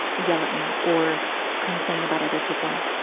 yell at me or complain about other people.